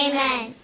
Amen